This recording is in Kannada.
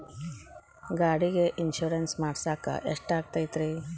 ಗಾಡಿಗೆ ಇನ್ಶೂರೆನ್ಸ್ ಮಾಡಸಾಕ ಎಷ್ಟಾಗತೈತ್ರಿ?